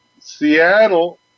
Seattle